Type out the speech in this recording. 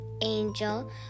angel